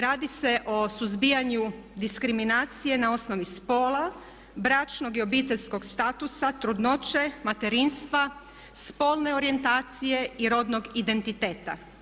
Radi se o suzbijanju diskriminacije na osnovi spola, bračnog i obiteljskog statusa, trudnoće, materinstva, spolne orijentacije i rodnog identiteta.